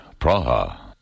Praha